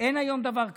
אין היום דבר כזה.